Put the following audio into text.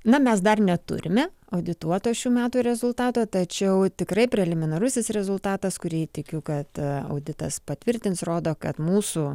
na mes dar neturime audituoto šių metų rezultato tačiau tikrai preliminarusis rezultatas kurį tikiu kad auditas patvirtins rodo kad mūsų